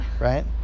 right